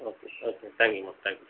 okay okay thank you ma'am thank you